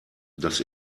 dass